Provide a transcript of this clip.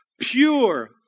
pure